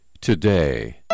today